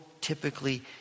typically